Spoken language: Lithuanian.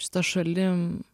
šita šalim